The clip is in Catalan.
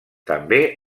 també